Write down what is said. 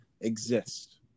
exist